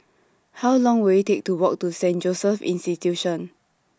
How Long Will IT Take to Walk to Saint Joseph's Institution